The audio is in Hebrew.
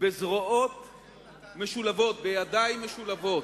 בזרועות משולבות, בידיים משולבות,